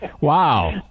Wow